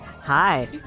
Hi